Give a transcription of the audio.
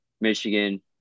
Michigan